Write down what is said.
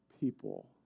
people